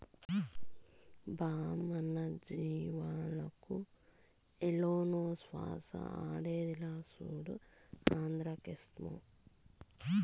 బా మన జీవాలకు ఏలనో శ్వాస ఆడేదిలా, సూడు ఆంద్రాక్సేమో